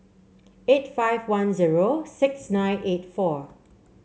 eight five one zero six nine eight four